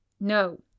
No